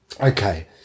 Okay